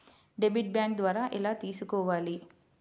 Debit bank ద్వారా ఎలా తీసుకోవాలి?